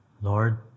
Lord